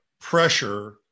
pressure